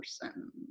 person